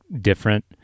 different